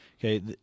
Okay